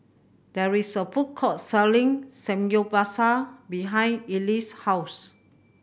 there is a food court selling Samgyeopsal behind Eliseo's house